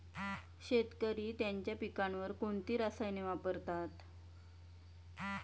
शेतकरी त्यांच्या पिकांवर कोणती रसायने वापरतात?